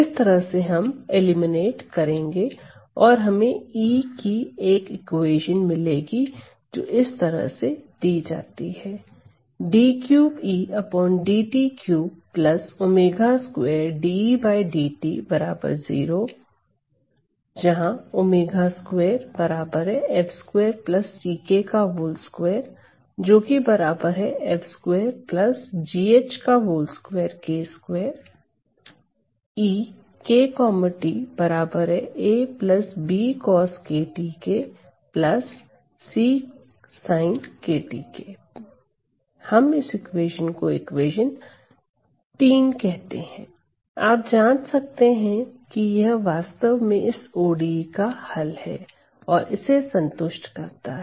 इस तरह से हम एलिमिनेट करेंगे और हमें E की एक इक्वेशन मिलेगी जो इस तरह से दी जाती है आप जांच सकते हैं कि यह वास्तव में इस ODE का हल है और इसे संतुष्ट करता है